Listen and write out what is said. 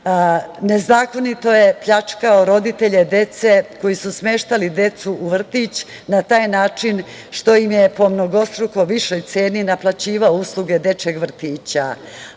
nezakonito je pljačkao roditelje dece koji su smeštali decu u vrtić na taj način što im je po mnogostruko višoj ceni naplaćivao usluge dečijeg vrtića.